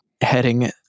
heading